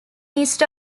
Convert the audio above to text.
east